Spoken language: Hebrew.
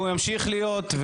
הוא ימשיך להיות.